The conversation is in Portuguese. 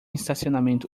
estacionamento